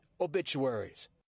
obituaries